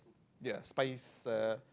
yes but is a